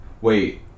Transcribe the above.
Wait